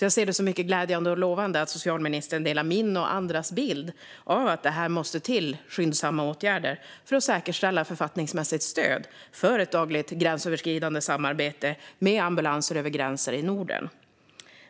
Jag ser det som mycket glädjande och lovande att socialministern delar min och andras bild av att det måste till skyndsamma åtgärder för att säkerställa författningsmässigt stöd för ett dagligt gränsöverskridande samarbete med ambulanser över gränsen i Norden.